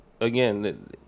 again